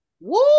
Woo